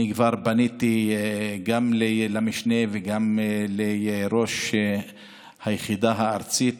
אני כבר פניתי גם למשנה וגם לראש היחידה הארצית